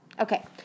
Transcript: okay